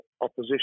opposition